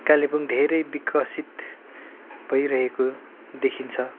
कालेबुङ धेरै विकसित भइरहेको देखिन्छ